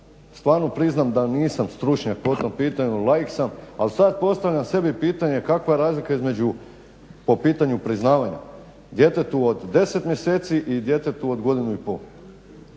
stvarno priznam da nisam stručnjak po tom pitanju, laik sam. Ali sad postavljam sebi pitanje kakva je razlika između, po pitanju priznavanja djetetu od 10 mjeseci i djetetu od godinu i pol.